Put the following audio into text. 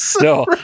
no